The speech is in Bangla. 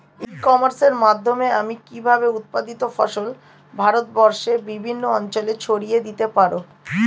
ই কমার্সের মাধ্যমে আমি কিভাবে উৎপাদিত ফসল ভারতবর্ষে বিভিন্ন অঞ্চলে ছড়িয়ে দিতে পারো?